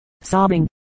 sobbing